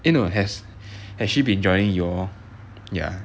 eh no has has she been joining y'all